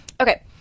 okay